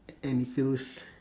and feels